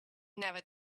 never